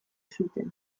zuten